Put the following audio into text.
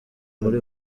muri